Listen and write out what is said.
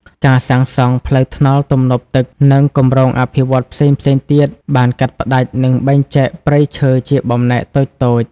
ការសាងសង់ ផ្លូវថ្នល់ ទំនប់ទឹក និងគម្រោងអភិវឌ្ឍន៍ផ្សេងៗទៀតបាន កាត់ផ្តាច់ និងបែងចែកព្រៃឈើជាបំណែកតូចៗ។